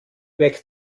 weg